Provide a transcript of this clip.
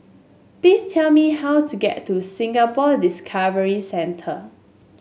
please tell me how to get to Singapore Discovery Centre